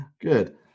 Good